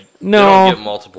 no